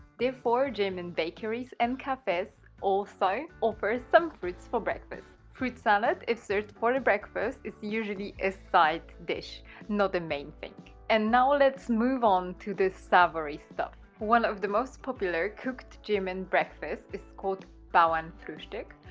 therefore german bakeries and cafes also offer some fruits for breakfast. fruit salad is served for ah breakfast is usually a side dish not the main thing, and now let's move on to this savoury stuff. one of the most popular cooked german breakfast is called bauernfrustuck.